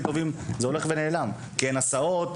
טובים זה הולך ונעלם כי אין הסעות,